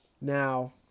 Now